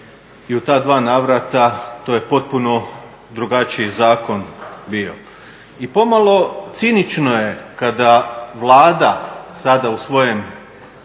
i u ta dva navrata to je potpuno drugačiji zakon bio. I pomalo cinično je kada Vlada sada u svojem